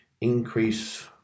increase